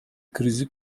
krizi